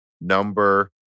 number